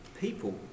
people